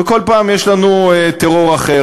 וכל פעם יש לנו טרור אחר.